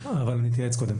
אני קודם אתייעץ.